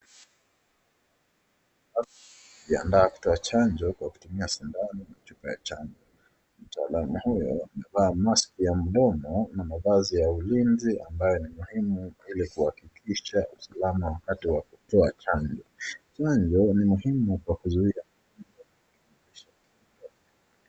Anajiandaa kutoa chanjo kwa kutumia sindano kwa chupa ya chanjo, mtaalamu huyo amevaa maski ya mdomo na mavazi ya ulinzi ambayo ni muhimu ili kuhakikisha usalama wakati wa kutoa chanjo, chonjo ni muhimu kwa kuzuia ...